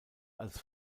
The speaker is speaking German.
als